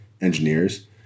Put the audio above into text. Engineers